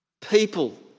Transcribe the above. People